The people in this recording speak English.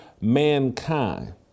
mankind